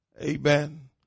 amen